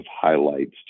highlights